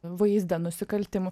vaizdą nusikaltimų